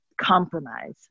compromise